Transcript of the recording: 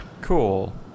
Cool